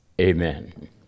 amen